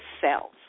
cells